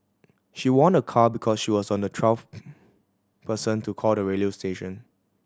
she won a car because she was on the twelfth person to call the radio station